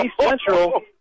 Central